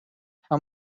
how